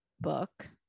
book